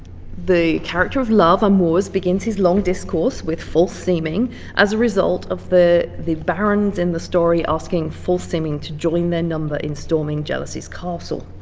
the character of love and um wars begins his long discourse with false-seeming as a result of the the barons in the story asking false-seeming to join their number in storming jealousy's castle.